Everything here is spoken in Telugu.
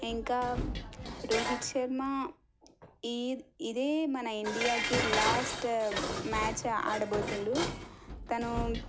ఇంకా రోహిత్ శర్మ ఈద్ ఇదే మన ఇండియాకి లాస్ట్ మ్యాచ్ ఆడబోతున్నాడు తను